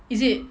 is it